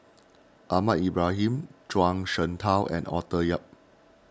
Ahmad Ibrahim Zhuang Shengtao and Arthur Yap